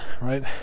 right